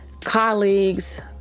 colleagues